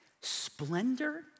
splendor